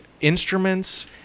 Instruments